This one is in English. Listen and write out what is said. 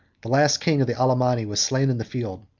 the last king of the alemanni was slain in the field,